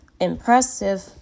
Impressive